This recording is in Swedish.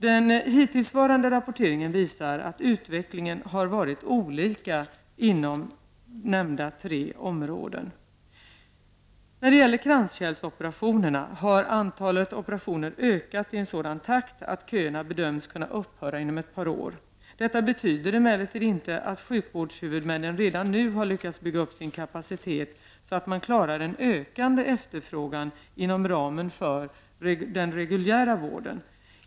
Den hittillsvarande rapporteringen visar att utvecklingen har varit olika inom nämnda tre områden. När det gäller kranskärlsoperationerna har antalet operationer ökat i en sådan takt att köerna bedöms kunna upphöra inom ett par år. Detta betyder emellertid inte att sjukvårdshuvudmännen redan nu har lyckats bygga upp sin kapacitet så att man klarar en ökande efterfrågan inom ramen för den reguljära vården.